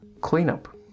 Cleanup